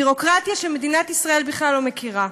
ביורוקרטיה שמדינת ישראל בכלל לא מכירה.